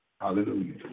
Hallelujah